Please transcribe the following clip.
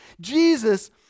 Jesus